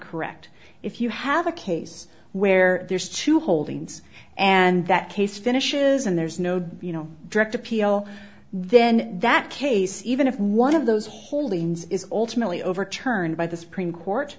correct if you have a case where there's two holdings and that case finishes and there's no you know direct appeal then that case even if one of those holy means is ultimately overturned by the supreme court